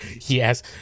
yes